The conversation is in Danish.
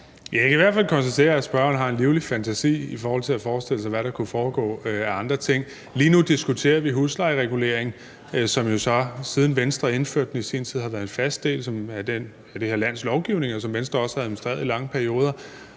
Jeg kan i hvert fald konstatere, at spørgeren har en livlig fantasi i forhold til at forestille sig, hvad der kunne foregå af andre ting. Lige nu diskuterer vi huslejereguleringen, som jo så, siden Venstre indførte den i sin tid, har været en fast del af det her lands lovgivning, som Venstre også har administreret i lange perioder.